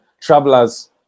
travelers